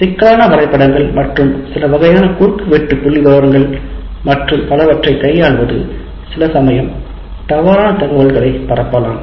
சிக்கலான வரைபடங்கள் மற்றும் சில வகையான குறுக்கு வெட்டு புள்ளிவிவரங்கள் மற்றும் பலவற்றைக் கையாள்வது சில சமயம் தவறான தகவல்களை பரப்பலாம்